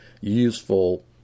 useful